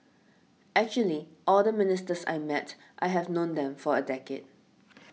actually all the ministers I met I have known them for a decade